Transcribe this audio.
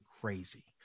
crazy